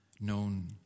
known